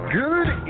good